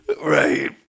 Right